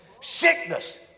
Sickness